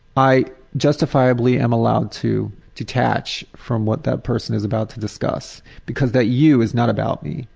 i justifiably am allowed to detach from what that person is about to discuss, because that you is not about me.